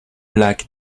lac